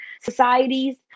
societies